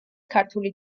ქართული